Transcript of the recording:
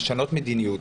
לשנות מדיניות.